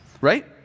Right